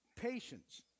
patience